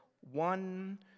one